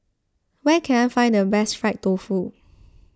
where can I find the best Fried Tofu